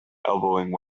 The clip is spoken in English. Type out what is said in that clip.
elbowing